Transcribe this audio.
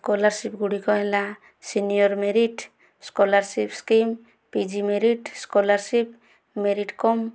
scholarship ଗୁଡ଼ିକ ହେଲା senior merit scholarship scheme PG merit scholarship merit କମ୍